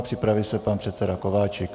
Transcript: Připraví se pan předseda Kováčik.